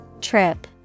Trip